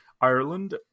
Ireland